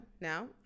Now